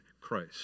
Christ